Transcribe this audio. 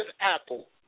apple